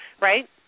right